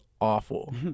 awful